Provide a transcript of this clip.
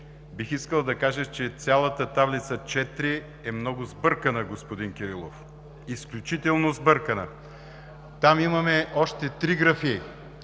Бих искал да кажа, че цялата Таблица 4 е много сбъркана, господин Кирилов. Изключително сбъркана! Там има още три графи: